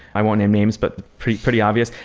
i won't name names, but pretty pretty obvious.